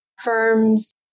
firms